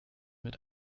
mit